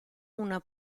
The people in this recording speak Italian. una